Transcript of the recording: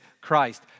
Christ